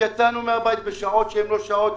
יצאנו מהבית בשעות שהן לא שעות,